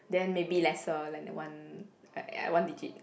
then maybe lesser like the one one digit